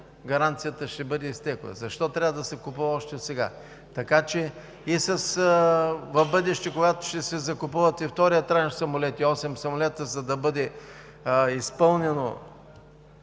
гаранцията ще бъде изтекла. Защо трябва да се купува още сега? Така че и в бъдеще, когато ще се закупува и вторият транш самолети – осем самолета, за да бъде изпълнено